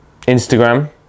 Instagram